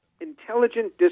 Intelligent